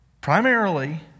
primarily